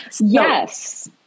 Yes